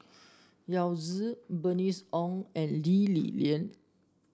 Yao Zi Bernice Ong and Lee Li Lian